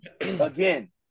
Again